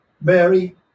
Mary